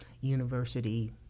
university